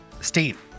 Steve